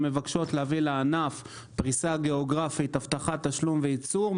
שמבקשות להביא לענף פריסה גיאוגרפית והבטחת תשלום וייצור,